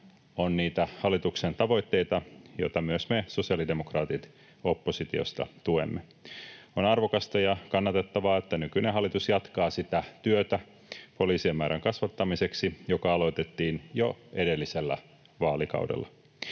on niitä hallituksen tavoitteita, joita myös me sosiaalidemokraatit oppositiosta tuemme. On arvokasta ja kannatettavaa, että nykyinen hallitus jatkaa sitä työtä poliisien määrän kasvattamiseksi, joka aloitettiin jo edellisellä vaalikaudella.